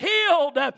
healed